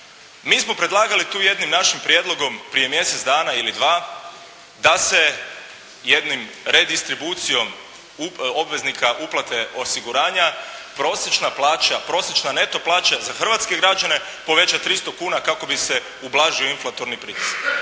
Mi smo predlagali tu jednim našim prijedlogom prije mjesec dana ili dva, da se jednom redistribucijom obveznika uplate osiguranja prosječna plaća, prosječna neto plaća za hrvatske građane poveća 300 kuna kako bi se ublažio inflatorni pritisak.